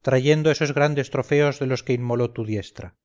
trayendo esos grandes trofeos de los que inmoló tu diestra